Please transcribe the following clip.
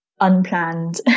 unplanned